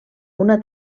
una